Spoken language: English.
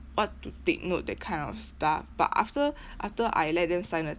what to take note that kind of stuff but after after I let them sign the